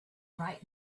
bright